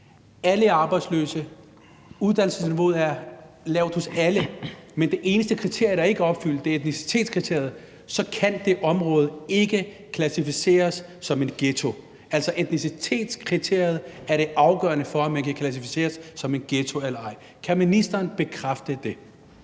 alle er arbejdsløse, uddannelsesniveauet er lavt hos alle – og hvor det eneste kriterium, der ikke er opfyldt, er etnicitetskriteriet, så kan det område ikke klassificeres som en ghetto? Altså, at etnicitetskriteriet er det afgørende for, om det kan klassificeres som en ghetto eller ej? Kan ministeren bekræfte det?